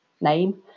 name